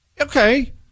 Okay